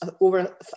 over